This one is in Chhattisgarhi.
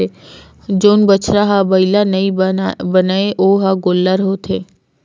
जउन बछवा ह बइला नइ बनय ओ ह गोल्लर होथे